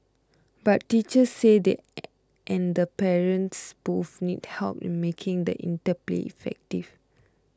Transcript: but teachers say they and the parents both need help in making the interplay effective